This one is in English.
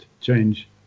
change